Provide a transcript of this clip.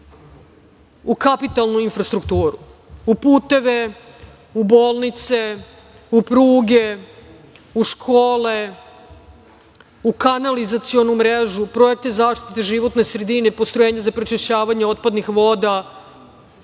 u kapitalnu infrastrukturu, u puteve, u bolnice, u pruge, u škole, u kanalizacionu mrežu, projekte zaštite životne sredine, postrojenje za prečišćavanje otpadnih voda,